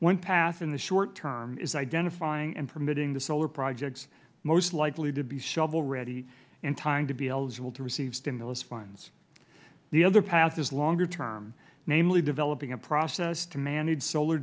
one path in the short term is identifying and permitting the solar projects most likely to be shovel ready in time to be eligible to receive stimulus funds the other path is longer term namely developing a process to manage solar